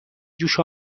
جوش